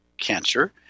cancer